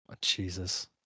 Jesus